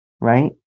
Right